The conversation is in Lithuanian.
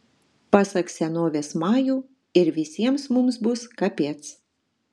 pasak senovės majų ir visiems mums bus kapec